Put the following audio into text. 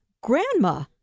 grandma